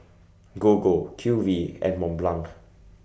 Gogo Q V and Mont Blanc